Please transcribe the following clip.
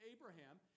Abraham